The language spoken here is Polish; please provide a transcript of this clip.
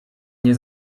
nie